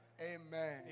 Amen